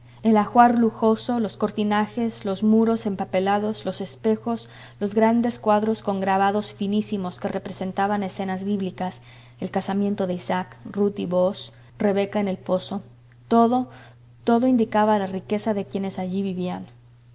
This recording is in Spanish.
el ajuar lujoso los cortinajes los muros empapelados los espejos los grandes cuadros con grabados finísimos que representaban escenas bíblicas el casamiento de isaac ruth y booz rebeca en el pozo todo todo indicaba la riqueza de quienes allí vivían sonaba